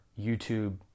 YouTube